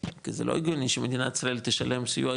כי זה לא הגיוני שמדינת ישראל תשלם סיוע,